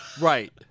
Right